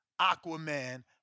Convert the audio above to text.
Aquaman